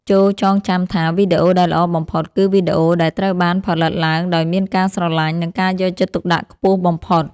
ចូរចងចាំថា វីដេអូដែលល្អបំផុតគឺវីដេអូដែលត្រូវបានផលិតឡើងដោយមានការស្រឡាញ់ និងការយកចិត្តទុកដាក់ខ្ពស់បំផុត។